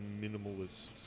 minimalist